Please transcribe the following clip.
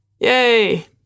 Yay